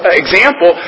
example